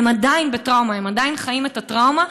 הם עדיין בטראומה, הם עדיין חיים את הטראומה.